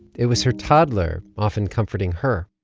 it was her toddler often comforting her